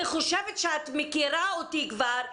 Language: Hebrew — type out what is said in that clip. אני חושבת שאת מכירה אותי כבר,